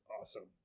awesome